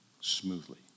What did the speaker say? smoothly